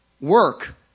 work